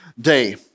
day